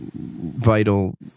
vital